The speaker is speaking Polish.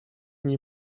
nie